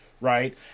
Right